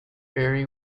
very